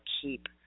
keep